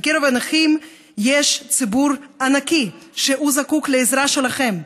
בקרב הנכים יש ציבור ענק שזקוק לעזרה שלכם,